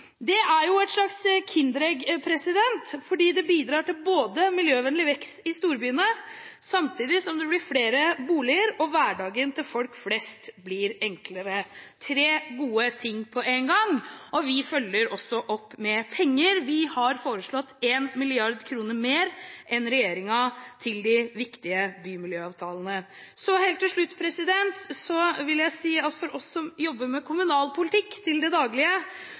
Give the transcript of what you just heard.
Det er jo et slags kinderegg, fordi det bidrar til miljøvennlig vekst i storbyene samtidig som det blir flere boliger, og hverdagen for folk flest blir enklere – tre gode ting på én gang. Og vi følger også opp med penger. Vi har foreslått 1 mrd. kr mer enn regjeringen til de viktige bymiljøavtalene. Helt til slutt vil jeg si at for oss som jobber med kommunalpolitikk til daglig, er Arbeiderpartiets forslag om 50 mill. kr til